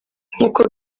nk’uko